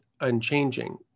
unchanging